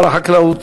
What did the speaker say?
שר החקלאות